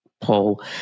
pull